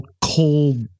cold